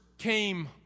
came